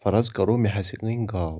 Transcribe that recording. فَرٕض کَرو مےٚ حظ أنۍ گاو